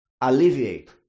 alleviate